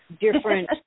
different